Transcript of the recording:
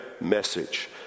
message